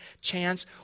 chance